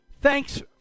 Thanks